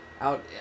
out